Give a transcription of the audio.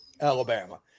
Alabama